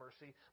mercy